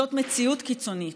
זאת מציאות קיצונית,